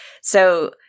So-